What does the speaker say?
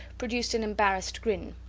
produced an embarrassed grin.